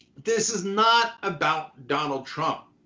this is not about donald trump.